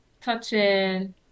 touching